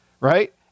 right